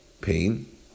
pain